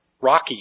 rocky